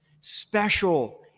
special